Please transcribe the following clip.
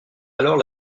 alors